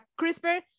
CRISPR